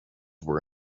were